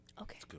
Okay